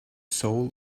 soul